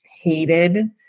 hated